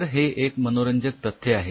तर हे एक मनोरंजक तत्थ्य आहे